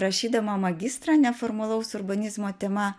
rašydama magistrą neformalaus urbanizmo tema